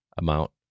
amount